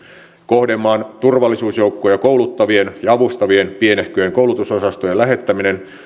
kohdemaan turvallisuusjoukkoja kouluttavien ja avustavien pienehköjen koulutusosastojen lähettäminen